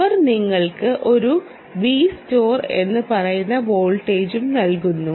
അവർ നിങ്ങൾക്ക് ഒരു Vstore എന്ന് പറയുന്ന വോൾട്ടേജും നൽകുന്നു